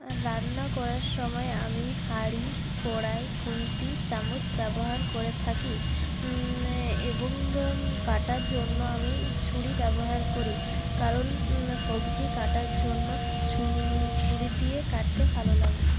রান্না করার সময় আমি হাঁড়ি কড়াই খুন্তি চামচ ব্যবহার করে থাকি এবং কাটার জন্য আমি ছুরি ব্যবহার করি কারণ সবজি কাটার জন্য ছু ছুরি দিয়ে কাটতে ভালো লাগে